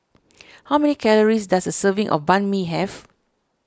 how many calories does a serving of Banh Mi have